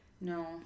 No